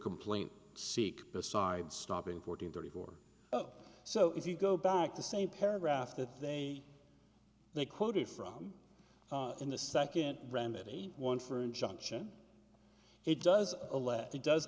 complaint seek besides stopping forty thirty or so if you go back to say paragraph that they they quoted from in the second remedy one for injunction it does